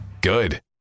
Good